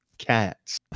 Cat's